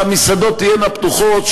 שהמסעדות תהיינה פתוחות,